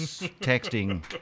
texting